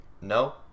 no